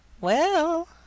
Well